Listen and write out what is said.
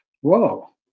Whoa